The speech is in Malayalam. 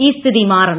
ഇൌ സ്ഥിതി മാറണം